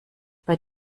bei